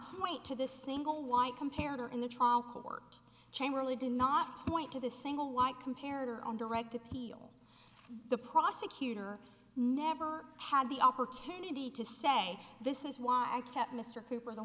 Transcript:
point to the single white compared or in the trial court change really did not point to the single white compared or on direct appeal the prosecutor never had the opportunity to say this is why